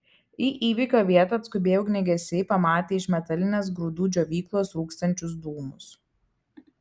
į įvykio vietą atskubėję ugniagesiai pamatė iš metalinės grūdų džiovyklos rūkstančius dūmus